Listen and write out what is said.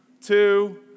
Two